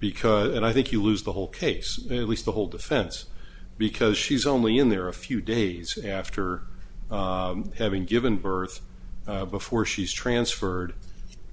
because and i think you lose the whole case at least the whole defense because she's only in there a few days after having given birth before she's transferred